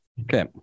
Okay